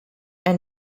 and